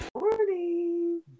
morning